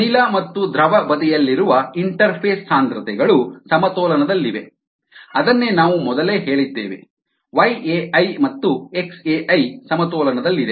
ಅನಿಲ ಮತ್ತು ದ್ರವ ಬದಿಯಲ್ಲಿರುವ ಇಂಟರ್ಫೇಸ್ ಸಾಂದ್ರತೆಗಳು ಸಮತೋಲನದಲ್ಲಿವೆ ಅದನ್ನೇ ನಾವು ಮೊದಲೇ ಹೇಳಿದ್ದೇವೆ yAi ಮತ್ತು xAi ಸಮತೋಲನದಲ್ಲಿದೆ